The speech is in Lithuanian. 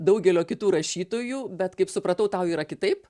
daugelio kitų rašytojų bet kaip supratau tau yra kitaip